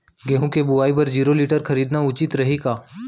गेहूँ के बुवाई बर जीरो टिलर खरीदना उचित रही का?